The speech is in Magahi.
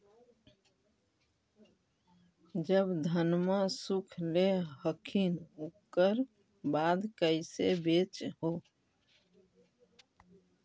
जब धनमा सुख ले हखिन उकर बाद कैसे बेच हो?